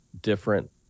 different